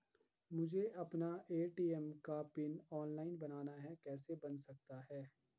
मुझे अपना ए.टी.एम का पिन ऑनलाइन बनाना है कैसे बन सकता है?